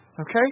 Okay